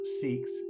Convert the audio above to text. seeks